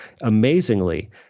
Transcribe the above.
amazingly